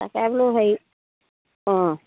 তাকে বোলো হেৰি অঁ